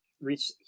reach